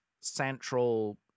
central